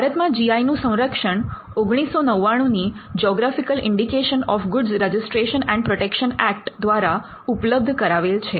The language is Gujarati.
ભારતમાં જી આઈ નું સંરક્ષણ 1999 ની geographical indication of goods registration and protection act દ્વારા ઉપલબ્ધ કરાવેલ છે